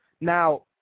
Now